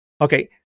Okay